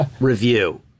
review